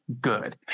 good